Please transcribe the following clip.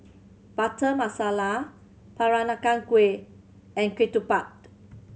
Butter Masala Peranakan Kueh and ketupat